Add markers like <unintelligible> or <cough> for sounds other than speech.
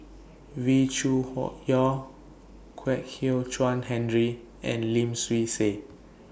Wee Cho <unintelligible> Yaw Kwek Hian Chuan Henry and Lim Swee Say